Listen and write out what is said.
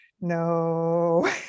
no